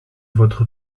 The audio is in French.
votre